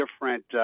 different